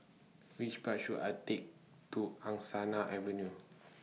Which Bus should I Take to Angsana Avenue